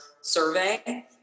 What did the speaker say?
survey